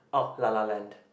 oh La La Land